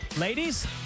Ladies